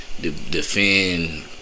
defend